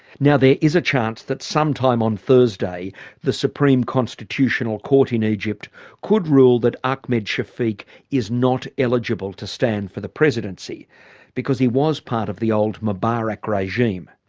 now, there is a chance that sometime on thursday the supreme constitutional court in egypt could rule that ahmed shafiq is not eligible to stand for the presidency because he was part of the old mubarak regime.